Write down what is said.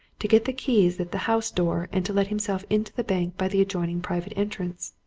to get the keys at the house door, and to let himself into the bank by the adjoining private entrance.